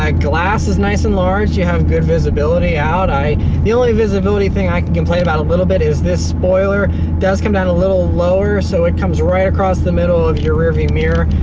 glass is nice and large. you have good visibility out. i the only visibility thing i can complain about a little bit is this spoiler does come down a little lower, so it comes right across the middle of your rear view mirror,